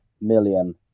million